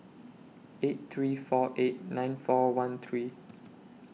eight three four eight nine four one three